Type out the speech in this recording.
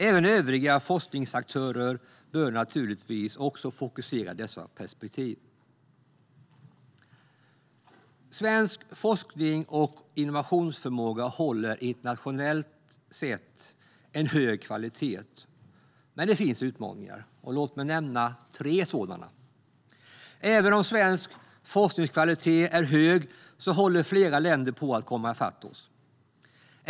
Även övriga forskningsaktörer bör naturligtvis fokusera på dessa perspektiv. Svensk forskning och innovationsförmåga håller internationellt sett en hög kvalitet, men det finns utmaningar. Låt mig nämna tre sådana: Även om svensk forskningskvalitet är hög håller flera länder på att komma ifatt oss.